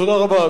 תודה רבה,